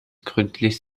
gründlich